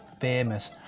famous